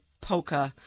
polka